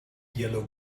yellow